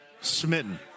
smitten